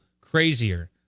crazier